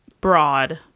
broad